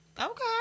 Okay